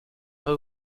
pas